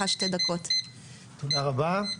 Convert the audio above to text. תודה רבה.